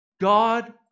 God